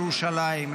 ירושלים,